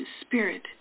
spirit